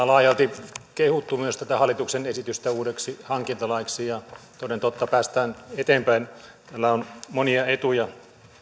laajalti kehuttu myös tätä hallituksen esitystä uudeksi hankintalaiksi ja toden totta päästään eteenpäin tällä uudella lainsäädännöllä on monia etuja